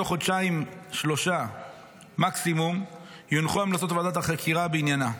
בתוך חודשיים-שלושה מקסימום יונחו המלצות ועדת החקירה בעניינה.